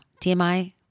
TMI